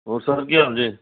ਹੋਰ ਸੁਣਾਓ ਕੀ ਹਾਲ ਜੇ